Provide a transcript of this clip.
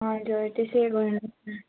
हजुर त्यसै गर्नुहोस् न